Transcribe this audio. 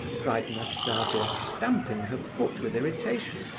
cried nastasia, stamping her foot with irritation.